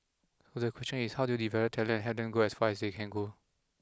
so the question is how do you develop talent and have them go as far as they can go